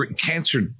cancer